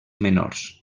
menors